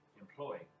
employ